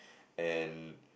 and